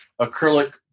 acrylic